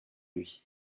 lui